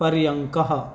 पर्यङ्कः